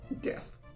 Death